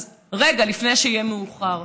אז רגע לפני שיהיה מאוחר.